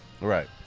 Right